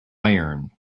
iron